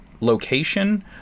location